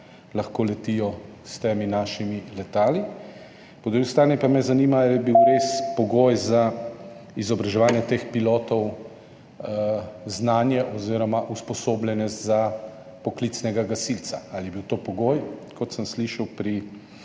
lahko letijo s temi našimi letali. Po drugi strani pa me zanima: Ali je bil res pogoj za izobraževanje teh pilotov znanje oziroma usposabljanje za poklicnega gasilca? Kot sem slišal,